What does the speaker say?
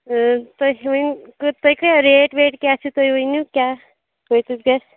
آ تُہۍ ؤنۍ تُہۍ کیٛاہ ریٹ ویٹ کیٛاہ چھِو تُہۍ ؤنِو کیٛاہ کۭتِس گَژھِ